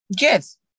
Yes